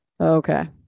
Okay